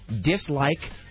dislike